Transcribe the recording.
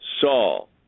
Saul